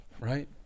right